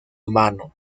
humano